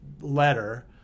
letter